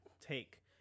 take